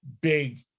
big